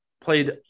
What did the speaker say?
played